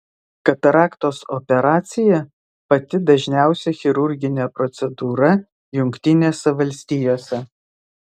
kataraktos operacija pati dažniausia chirurginė procedūra jungtinėse valstijose